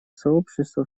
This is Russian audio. сообщества